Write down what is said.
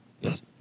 Yes